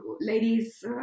ladies